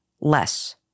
less